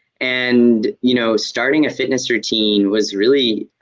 and you know starting a fitness routine was really